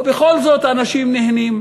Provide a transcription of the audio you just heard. ובכל זאת האנשים נהנים,